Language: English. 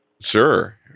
sure